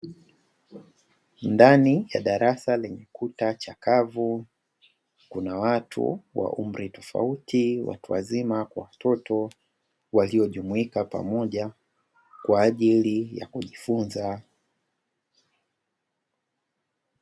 Ndani ya darasa lenye kuta chakavu, kuna watu wa umri tofauti, watu wazima kwa watoto walio jumuika pamoja kwaajili ya kujifunza.